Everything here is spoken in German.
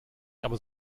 aber